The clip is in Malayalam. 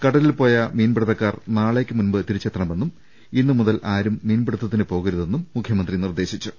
കടലിൽ പോയ മീൻപിടുത്തക്കാർ നാളേക്ക് മുൻപ് തിരിച്ചെത്തണമെന്നും ഇന്നു മുതൽ ആരും മീൻപിടുത്തത്തിന് പോകരുതെന്നും മുഖൃമന്ത്രി നിർദേശിച്ചു